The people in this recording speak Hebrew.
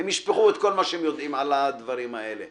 הם ישפכו את כל מה שהם יודעים על הדברים האלה.